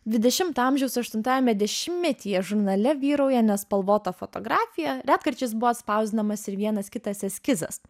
dvidešimto amžiaus aštuntajame dešimtmetyje žurnale vyrauja nespalvota fotografija retkarčiais buvo atspausdinamas ir vienas kitas eskizas